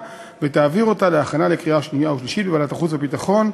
ותעביר אותה להכנה לקריאה שנייה ושלישית בוועדת החוץ והביטחון,